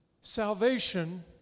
Salvation